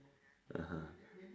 (uh huh)